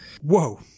Whoa